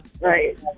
Right